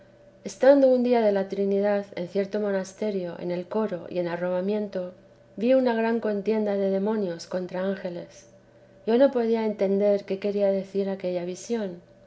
estando un día de la trinidad en cierto monasterio en el coro y en arrobamiento vi una gran contienda de demonios contra ángeles yo no podía entender qué quería decir aquella visión